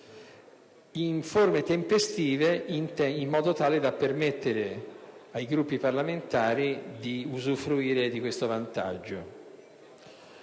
in forma tempestiva, in modo tale da permettere ai Gruppi parlamentari di usufruire di tale vantaggio.